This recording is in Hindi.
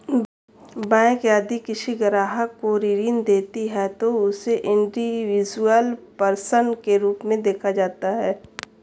बैंक यदि किसी ग्राहक को ऋण देती है तो उसे इंडिविजुअल पर्सन के रूप में देखा जाता है